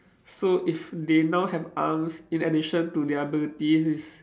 so if they now have arms in addition to their abilities it's